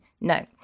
No